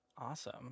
Awesome